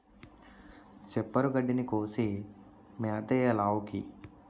సిప్పరు గడ్డిని కోసి మేతెయ్యాలావుకి